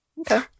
Okay